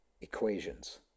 equations